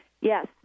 Yes